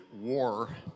war